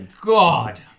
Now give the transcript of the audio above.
God